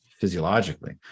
physiologically